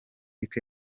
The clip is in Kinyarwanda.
luc